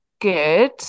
good